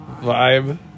vibe